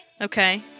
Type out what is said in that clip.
Okay